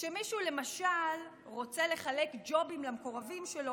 כשמישהו למשל רוצה לחלק ג'ובים למקורבים שלו,